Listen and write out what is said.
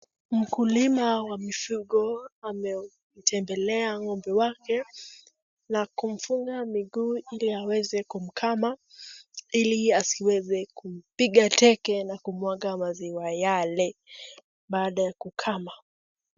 Mkulima wa mifugo amemtembelea ng'ombe wake na kumfunga miguu ili aweze kumkama ili asiweze kumpiga teke na kumwaga maziwa yale baada ya kukama.